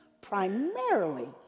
primarily